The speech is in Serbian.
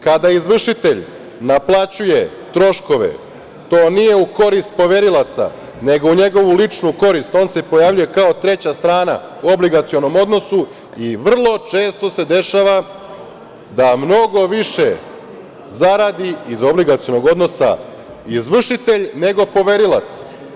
Kada izvršitelj naplaćuje troškove, to nije u korist poverilaca, nego u njegovu ličnu korist, on se pojavljuje kao treća strana u obligacionom odnosu i vrlo često se dešava da mnogo biše zaradi iz obligacionog odnosa izvršitelj, nego poverilac.